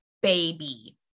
Baby